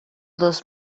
dos